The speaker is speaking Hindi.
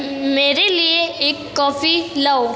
मेरे लिए एक कॉफी लाओ